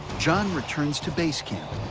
john returns to base camp